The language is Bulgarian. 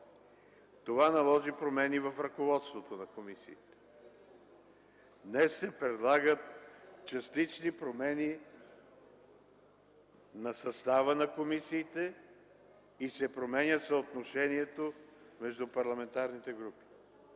Това наложи промени в ръководствата на комисиите. Днес се предлагат частични промени на състава на комисиите и се променя съотношението между парламентарните групи.